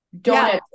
donuts